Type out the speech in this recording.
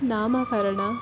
ನಾಮಕರಣ